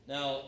Now